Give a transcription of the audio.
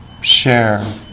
share